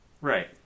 right